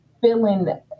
feeling